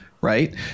right